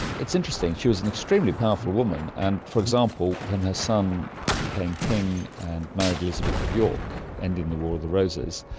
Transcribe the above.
it's interesting, she was an extremely powerful woman and, for example, when her son became king and married elizabeth of york, ending the war of the roses,